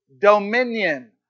dominion